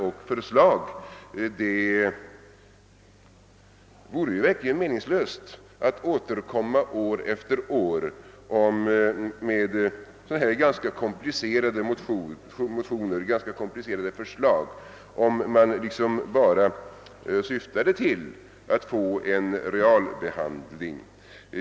Det vore verkligen meningslöst att år efter år återkomma med sådana här ganska komplicerade motioner, om man bara syftade till att de skulle få en realbehandling.